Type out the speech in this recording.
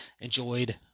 enjoyed